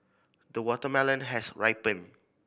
the watermelon has ripened